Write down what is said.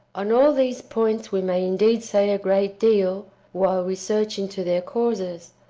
on all these points we may indeed say a great deal while we search into their causes,